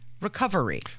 recovery